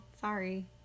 Sorry